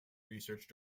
research